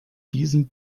diesen